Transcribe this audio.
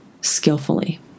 skillfully